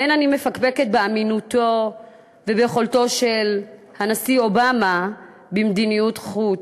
אין אני מפקפקת באמינותו וביכולתו של הנשיא אובמה במדיניות חוץ,